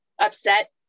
upset